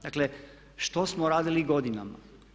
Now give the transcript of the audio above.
Dakle što smo radili godinama?